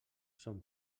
son